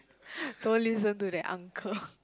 don't listen to that uncle